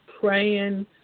praying